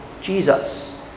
Jesus